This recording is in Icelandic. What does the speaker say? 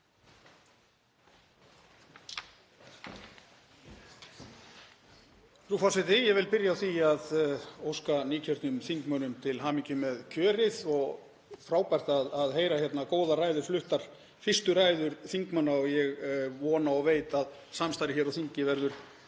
Frú forseti. Ég vil byrja á því að óska nýkjörnum þingmönnum til hamingju með kjörið og frábært að heyra hér góðar ræður fluttar, fyrstu ræður þingmanna, og ég vona og veit að samstarfið á þingi verður